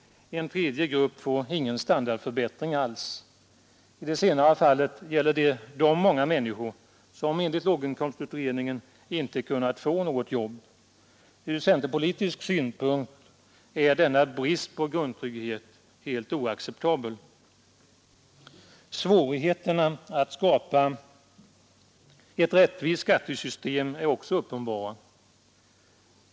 En tredje grupp får ingen standardförbättring alls. I det senare fallet gäller det de människor, som enligt låginkomstutredningen inte har kunnat få något jobb. Ur centerpolitisk synpunkt är denna brist på grundtrygghet helt oacceptabel. Svårigheterna att skapa ett rättvist skattesystem är också uppenbara.